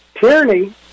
Tyranny